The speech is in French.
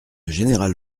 général